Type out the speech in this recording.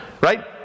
right